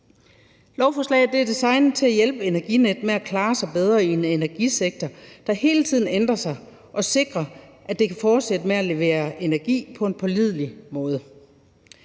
Lovforslaget er designet til at hjælpe Energinet med at klare sig bedre i en energisektor, der hele tiden ændrer sig, og sikre, at det kan fortsætte med at levere energi på en pålidelig måde.